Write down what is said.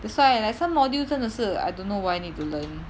that's why like some module 真的是 I don't know why need to learn